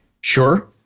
Sure